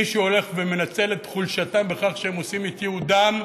מישהו הולך ומנצל את חולשתם בכך שהם עושים את ייעודם.